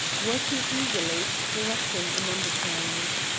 working eagerly, directing in undertones.